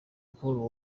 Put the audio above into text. paul